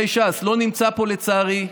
לא נמצא פה, לצערי,